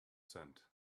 sent